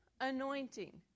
anointing